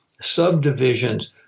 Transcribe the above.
subdivisions